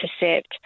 intercept